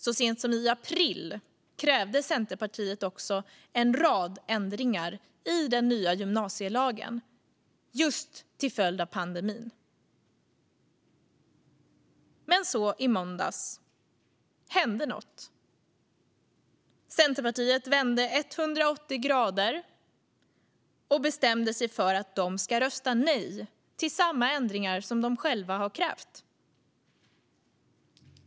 Så sent som i april krävde Centerpartiet också en rad ändringar i nya gymnasielagen just till följd av pandemin. Men så i måndags hände något. Centerpartiet vände med 180 grader och bestämde sig för att de ska rösta nej till samma ändringar som de själva har krävt.